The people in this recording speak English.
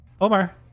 Omar